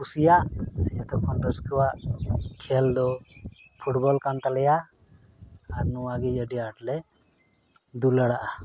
ᱠᱩᱥᱤᱭᱟᱜ ᱥᱮ ᱡᱷᱚᱛᱚ ᱠᱷᱚᱱ ᱨᱟᱹᱥᱠᱟᱹᱣᱟᱜ ᱠᱷᱮᱞ ᱫᱚ ᱯᱷᱩᱴᱵᱚᱞ ᱠᱟᱱ ᱛᱟᱞᱮᱭᱟ ᱟᱨ ᱱᱚᱣᱟᱜᱮ ᱟᱹᱰᱤ ᱟᱸᱴᱞᱮ ᱫᱩᱞᱟᱹᱲᱟᱜᱼᱟ